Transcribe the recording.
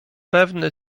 pewny